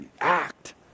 act